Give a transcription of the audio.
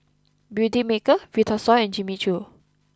Beautymaker Vitasoy and Jimmy Choo